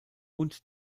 und